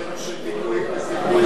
וזיכויים.